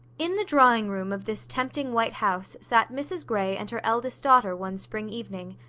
in the drawing-room of this tempting white house sat mrs grey and her eldest daughter, one spring evening.